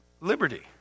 Liberty